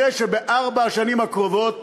נראה שבארבע השנים הקרובות